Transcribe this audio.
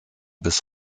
bis